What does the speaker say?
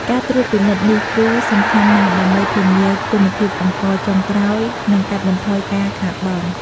ការត្រួតពិនិត្យនេះគឺសំខាន់ណាស់ដើម្បីធានាគុណភាពអង្ករចុងក្រោយ និងកាត់បន្ថយការខាតបង់។